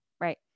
right